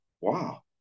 wow